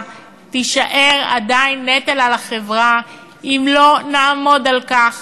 תישאר נטל על החברה אם לא נעמוד על כך